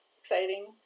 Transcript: exciting